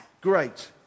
Great